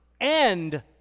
and